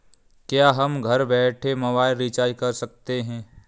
क्या हम घर बैठे मोबाइल रिचार्ज कर सकते हैं?